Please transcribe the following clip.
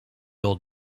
old